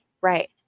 Right